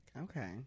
okay